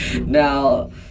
now